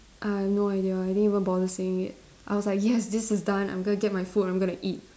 I have no idea I didn't even bother seeing it I was like yes this is done I'm gonna get my food I'm gonna eat